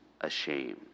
ashamed